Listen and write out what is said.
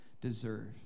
deserve